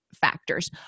factors